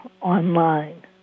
online